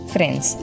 Friends